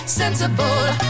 sensible